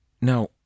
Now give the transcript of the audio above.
Now